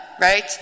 right